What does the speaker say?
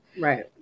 Right